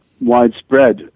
widespread